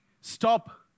stop